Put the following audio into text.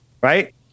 Right